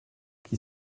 qui